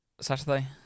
Saturday